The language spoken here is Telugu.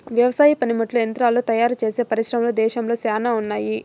వ్యవసాయ పనిముట్లు యంత్రాలు తయారుచేసే పరిశ్రమలు దేశంలో శ్యానా ఉన్నాయి